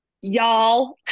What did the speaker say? Y'all